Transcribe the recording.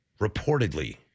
Reportedly